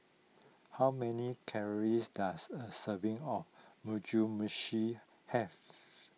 how many calories does a serving of Muju Meshi has